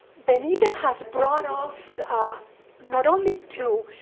benita has brought us not only to